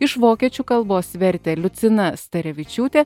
iš vokiečių kalbos vertė liucina starevičiūtė